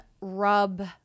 rub